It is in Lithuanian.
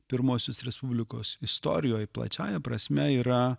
pirmosios respublikos istorijoje plačiąja prasme yra